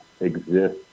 Exist